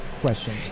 question